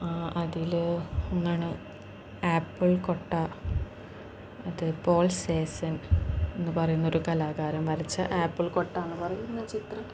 അതിൽ ഒന്നാണ് ആപ്പിൾ കൊട്ട അത് പോൾ സേസൺ എന്നു പറയുന്നൊരു കലാകാരൻ വരച്ച ആപ്പിൾ കൊട്ടയെന്നു പറയുന്ന ചിത്രം